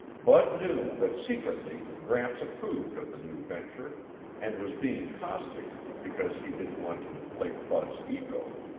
bud knew that secretly gramps approved of the new venture and was being caustic because he didn't want to inflate bud's ego.